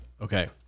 okay